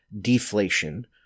deflation